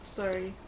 sorry